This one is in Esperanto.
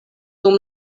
dum